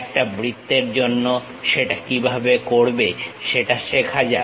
একটা বৃত্তের জন্য সেটা কিভাবে করবে সেটা শেখা যাক